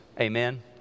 Amen